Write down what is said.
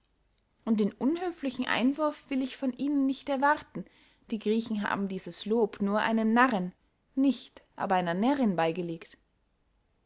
und den unhöflichen einwurf will ich von ihnen nicht erwarten die griechen haben dieses lob nur einem narren nicht aber einer närrinn beygelegt